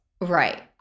Right